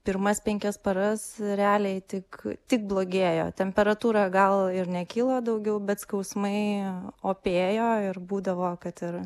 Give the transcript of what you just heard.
pirmas penkias paras realiai tik tik blogėjo temperatūra gal ir nekylo daugiau bet skausmai opėjo ir būdavo kad ir